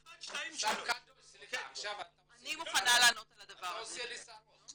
1, 2, 3. אתה עושה לי צרות.